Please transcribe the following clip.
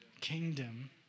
kingdom